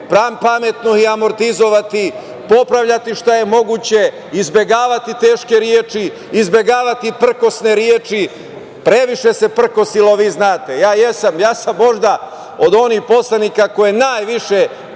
pametno ih amortizovati, popravljati šta je moguće, izbegavati teške reči, izbegavati prkosne reči. Previše se prkosilo, vi to znate. Ja sam možda od onih poslanika koji najviše